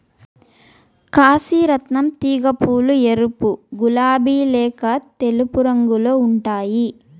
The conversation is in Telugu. కాశీ రత్నం తీగ పూలు ఎరుపు, గులాబి లేక తెలుపు రంగులో ఉంటాయి